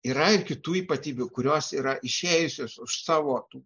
yra kitų ir ypatybių kurios yra išėjusios už savo tų